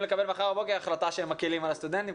לקבל מחר בבוקר החלטה שהם מקלים על הסטודנטים,